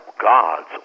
Gods